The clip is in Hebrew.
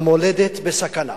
המולדת בסכנה".